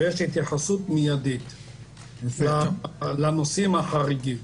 ויש התייחסות מידית לנושאים החריגים.